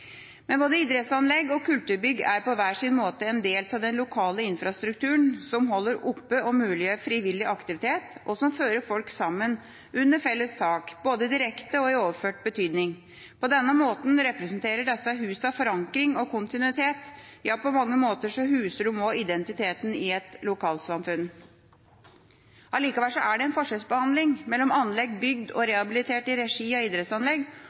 på hver sin måte en del av den lokale infrastrukturen som holder oppe og muliggjør frivillig aktivitet, og som fører folk sammen under felles tak – både direkte og i overført betydning. På denne måten representerer disse husene forankring og kontinuitet – ja, på mange måter huser de også identiteten i et lokalsamfunn. Allikevel er det en forskjellsbehandling mellom anlegg som er bygd og rehabilitert i regi av idrettslag, og